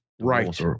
right